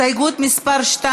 הסתייגות מס' 1 לא התקבלה.